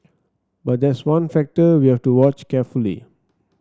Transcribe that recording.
but that's one factor we have to watch carefully